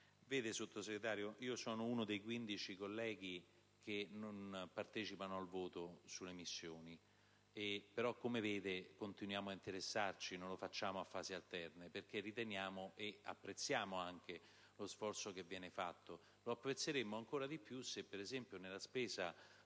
Signor Sottosegretario, sono uno dei 15 colleghi che non partecipano al voto sulle missioni, però come vede, continuiamo a interessarci, e non lo facciamo a fasi alterne, in quanto apprezziamo lo sforzo che viene fatto. Lo apprezzeremmo ancora di più se nella copertura